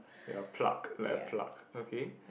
ya plug like a plug okay